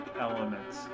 elements